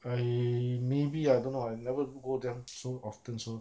I maybe I don't know I never go there so often so